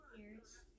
ears